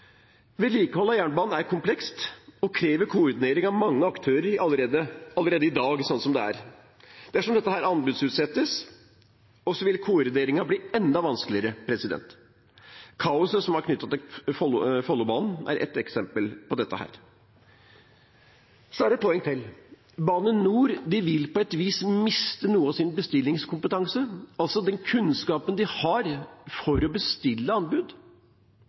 Vedlikehold av jernbane er komplekst og krever allerede i dag koordinering av mange aktører, slik det er. Dersom dette anbudsutsettes, vil koordineringen bli enda vanskeligere. Kaoset som er knyttet til Follobanen, er ett eksempel på dette. Så er det et poeng til. Bane NOR vil på et vis miste noe av sin bestillingskompetanse, altså den kunnskapen de har for å bestille anbud.